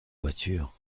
voitures